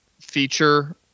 feature